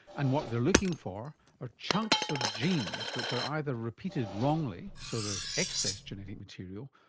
and what they're looking for are chunks of genes which are either repeated wrongly, so there's excess genetic material,